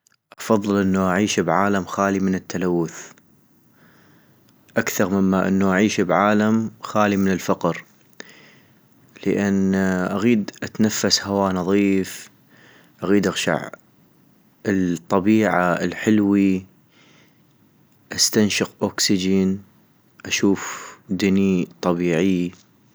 افضل انو أعيش بعالم خالي من التلوث اكثغ مما أعيش بعالم خالي من الفقر - لان اغيد اتنفس هوا نظيف اغيد اغشع طبيعة حلوي استنشق أوكسجين اشوف دني طبيعيي